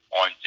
on